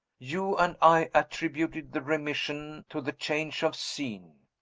you and i attributed the remission to the change of scene.